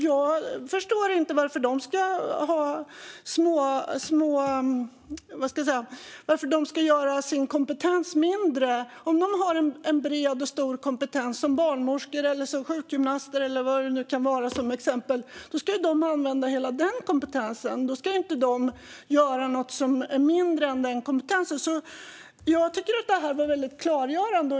Jag förstår inte varför de ska förminska sin kompetens. Om någon har bred kompetens som barnmorska, sjukgymnast eller vad det nu kan vara ska de använda hela den kompetensen. De ska inte göra något mindre. Det här var klargörande.